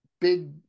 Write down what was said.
Big